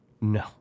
No